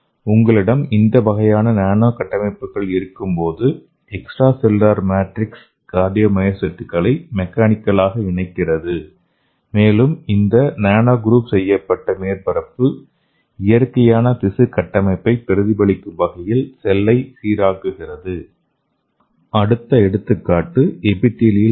உங்களிடம் இந்த வகையான நானோ கட்டமைப்புகள் இருக்கும்போது எக்ஸ்ட்ரா செல்லுலார் மேட்ரிக்ஸ் கார்டியோமியோசைட்டுகளை மெக்கானிக்கல் ஆக இணைக்கிறது மேலும் இந்த நானோகிரூவ் செய்யப்பட்ட மேற்பரப்பு இயற்கையான திசு கட்டமைப்பை பிரதிபலிக்கும் வகையில் செல்லை சீராக்குகிறது அடுத்த எடுத்துக்காட்டு எபிதீலியல் செல்கள்